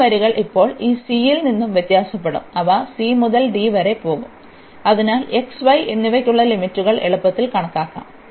അത്തരം വരികൾ ഇപ്പോൾ ഈ cയിൽ നിന്ന് വ്യത്യാസപ്പെടും അവ c മുതൽ d വരെ പോകും അതിനാൽ x y എന്നിവയ്ക്കുള്ള ലിമിറ്റുകൾ എളുപ്പത്തിൽ കണക്കാക്കാം